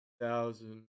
Thousand